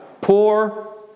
poor